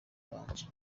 banjye